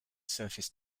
surface